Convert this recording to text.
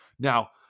Now